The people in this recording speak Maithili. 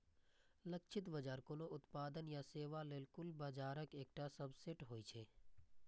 लक्षित बाजार कोनो उत्पाद या सेवा लेल कुल बाजारक एकटा सबसेट होइ छै